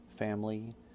family